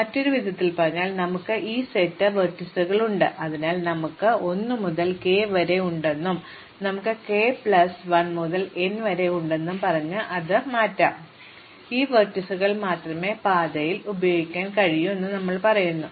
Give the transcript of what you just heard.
മറ്റൊരു വിധത്തിൽ പറഞ്ഞാൽ നമുക്ക് ഈ സെറ്റ് വെർട്ടീസുകൾ ഉണ്ട് അതിനാൽ നമുക്ക് 1 മുതൽ കെ വരെ ഉണ്ടെന്നും നമുക്ക് കെ പ്ലസ് 1 മുതൽ എൻ വരെ ഉണ്ടെന്നും പറഞ്ഞ് ഞങ്ങൾ അത് മുറിച്ചുമാറ്റി ഈ വെർട്ടീസുകൾ മാത്രമേ പാതയിൽ ഉപയോഗിക്കാൻ കഴിയൂ എന്ന് ഞങ്ങൾ പറയുന്നു